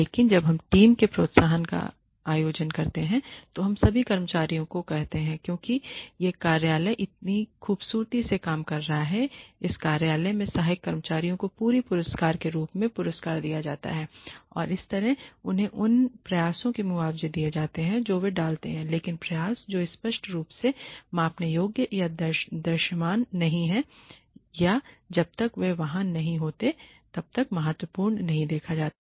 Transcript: लेकिन जब हम टीम के प्रोत्साहन का आयोजन करते हैं तो हम सभी कर्मचारियों को कहते हैं क्योंकि यह कार्यालय इतनी खूबसूरती से काम कर रहा है कि इस कार्यालय में सहायक कर्मचारियों को पूरे पुरस्कार के रूप में पुरस्कार दिया जा रहा है और इस तरह से उन्हें उन प्रयासों के लिए मुआवजा दिया जा सकता है जो वे डालते हैं लेकिन प्रयास जो स्पष्ट रूप से मापने योग्य या दृश्यमान नहीं हैं या जब तक वे वहां नहीं होते हैं तब तक महत्वपूर्ण नहीं देखा जाता है